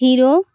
hero